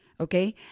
Okay